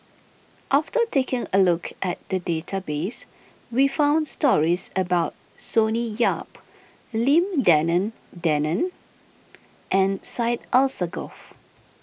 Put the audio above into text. after taking a look at the database we found stories about Sonny Yap Lim Denan Denon and Syed Alsagoff